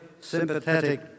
sympathetic